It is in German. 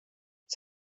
das